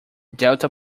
delta